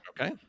Okay